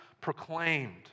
proclaimed